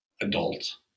Adults